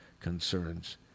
concerns